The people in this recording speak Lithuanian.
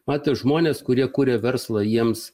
patys žmonės kurie kuria verslą jiems